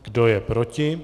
Kdo je proti?